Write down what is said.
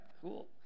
Cool